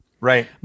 Right